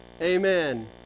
Amen